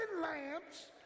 lamps